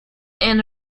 and